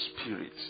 spirit